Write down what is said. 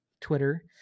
Twitter